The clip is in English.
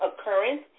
occurrence